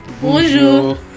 Bonjour